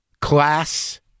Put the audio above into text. Class